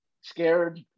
scared